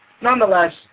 Nonetheless